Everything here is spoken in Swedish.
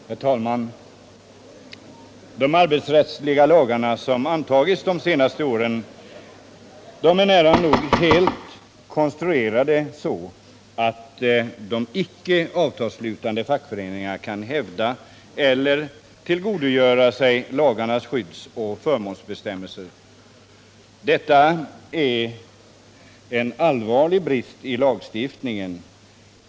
Herr talman! De arbetsrättsliga lagar som antagits de senaste åren är nära nog helt konstruerade så, att de icke avtalsslutande fackföreningarna inte kan hävda eller tillgodogöra sig lagarnas skyddsoch förmånsbestämmelser. Detta är en allvarlig brist.